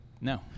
No